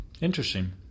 Interesting